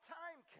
time